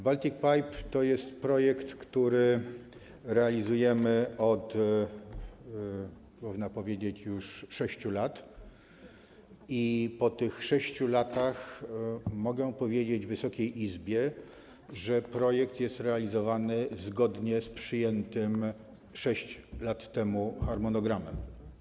Baltic Pipe to jest projekt, który realizujemy, można powiedzieć, już od 6 lat i po tych 6 latach mogę powiedzieć Wysokiej Izbie, że projekt jest realizowany zgodnie z przyjętym 6 lat temu harmonogramem.